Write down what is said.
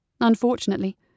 Unfortunately